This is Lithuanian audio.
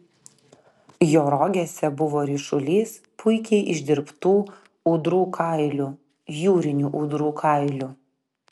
jo rogėse buvo ryšulys puikiai išdirbtų ūdrų kailių jūrinių ūdrų kailių